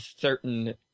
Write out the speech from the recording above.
certain